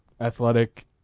athletic